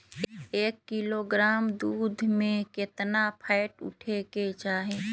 एक किलोग्राम दूध में केतना फैट उठे के चाही?